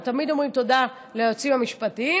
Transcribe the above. אנחנו תמיד אומרים תודה ליועצים המשפטיים,